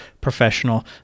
professional